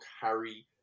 harry